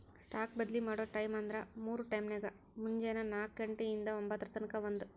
stock ಬದ್ಲಿ ಮಾಡೊ ಟೈಮ್ವ್ಂದ್ರ ಮೂರ್ ಟೈಮ್ನ್ಯಾಗ, ಮುಂಜೆನೆ ನಾಕ ಘಂಟೆ ಇಂದಾ ಒಂಭತ್ತರ ತನಕಾ ಒಂದ್